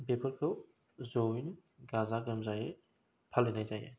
बेफोरखौ जयै गाजा गोमजायै फालिनाय जायो